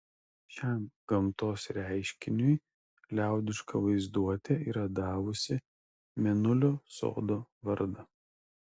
šiam gamtos reiškiniui liaudiška vaizduotė yra davusi mėnulio sodo vardą